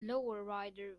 lowrider